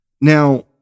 Now